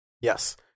yes